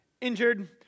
injured